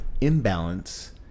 imbalance